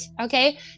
okay